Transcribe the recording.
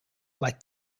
like